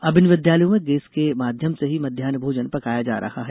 अब इन विद्यालयों में गैस के माध्यम से ही मध्यान्ह भोजन पकाया जा रहा है